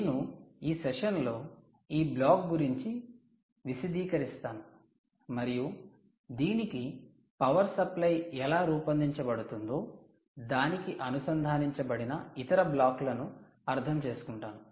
నేను ఈ సెషన్ లో ఈ బ్లాక్ గురించి విశదీకరిస్తాను మరియు దీనికి పవర్ సప్లై ఎలా రూపొందించబడుతుందో దానికి అనుసంధానించబడిన ఇతర బ్లాకులను అర్థం చేసుకుంటాను